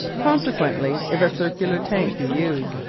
consequently, if a circular tank be used,